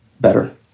better